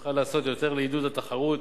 נוכל לעשות יותר לעידוד התחרות